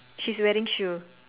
she's wearing shoe